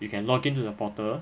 you can log in to the portal